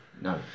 No